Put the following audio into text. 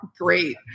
great